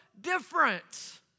different